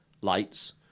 lights